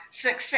success